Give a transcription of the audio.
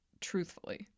truthfully